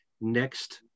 next